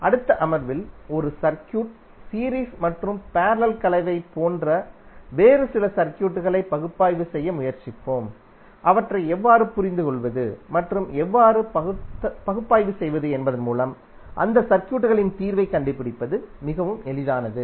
அடுத்த அமர்வில் ஒரு சர்க்யூட் சீரீஸ் மற்றும் பேரலல் கலவையைப் போன்ற வேறு சில சர்க்யூட்களை பகுப்பாய்வு செய்ய முயற்சிப்போம் அவற்றை எவ்வாறு புரிந்துகொள்வது மற்றும் எவ்வாறு பகுப்பாய்வு செய்வது என்பதன் மூலம் அந்த சர்க்யூட்களின் தீர்வைக் கண்டுபிடிப்பது மிகவும் எளிதானது